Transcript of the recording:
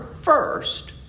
first